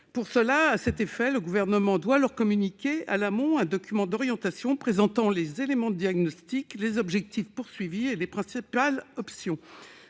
Pour cela, le Gouvernement doit leur communiquer en amont « un document d'orientation présentant des éléments de diagnostic, les objectifs poursuivis et les principales options